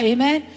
Amen